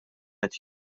qed